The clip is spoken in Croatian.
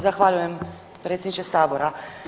Zahvaljujem predsjedniče sabora.